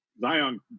Zion